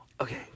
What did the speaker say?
Okay